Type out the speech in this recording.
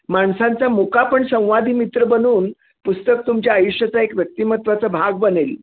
माणसांचा मुका पण संवादी मित्र बनून पुस्तक तुमच्या आयुष्याचा एक व्यक्तिमत्वाचा भाग बनेल